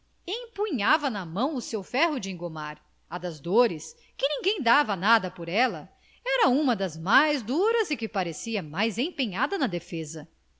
empunhava na mão o seu ferro de engomar a das dores que ninguém dava nada por ela era uma das mais duras e que parecia mais empenhada na defesa